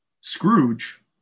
Scrooge